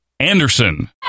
Anderson